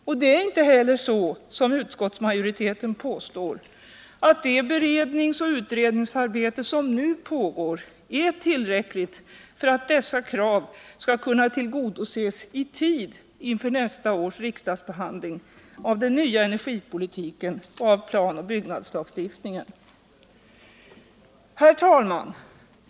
Och det är inte heller så, som utskottsmajoriteten påstår, att det beredningsoch utredningsarbete som nu pågår är tillräckligt för att dessa krav skall kunna tillgodoses i tid inför nästa års riksdagsbehandling av den nya energipolitiken och av planoch byggnadslagstiftningen. Herr talman!